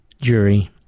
jury